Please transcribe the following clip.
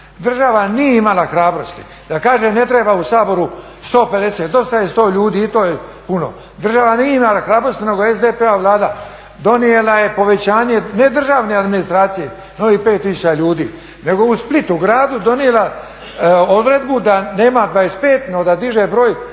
Država nije imala hrabrosti da kaže ne treba u Saboru 150 dosta je 100 ljuti i to je puno, država nije imala hrabrosti nego je SDP-ova vlada donijela je povećanje ne državne administracije novih 5 tisuća ljudi nego u Splitu gradu donijela odredbu da nema 25 no da diže broj